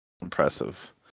impressive